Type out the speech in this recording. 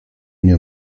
nie